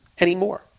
anymore